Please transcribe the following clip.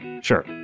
Sure